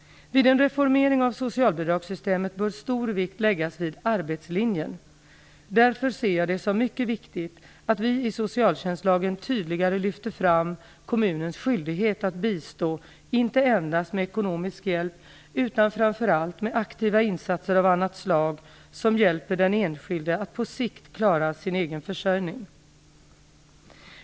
Vid en reformering av socialbidragssystemet bör stor vikt läggas vid arbetslinjen. Därför ser jag det som mycket viktigt att vi i socialtjänstlagen tydligare lyfter fram kommunens skyldighet att bistå, inte endast med ekonomisk hjälp, utan framför allt med aktiva insatser av annat slag som hjälper den enskilde att på sikt klara sin egen försörjning.